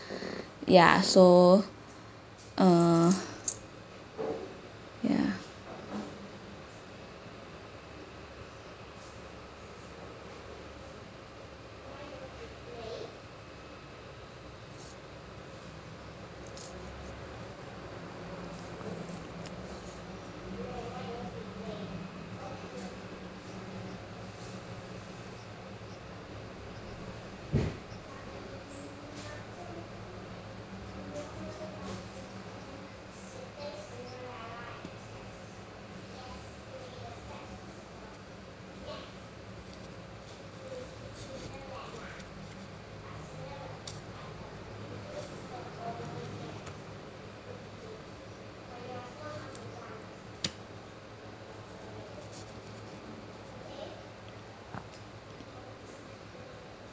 ya so uh ya